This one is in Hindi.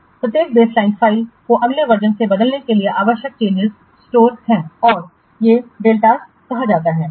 प्रत्येक बेसलाइन फ़ाइल को अगले वर्जन में बदलने के लिए आवश्यक चेंजिंस संग्रहीत हैं और हैं डेल्टास कहा जाता है